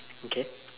okay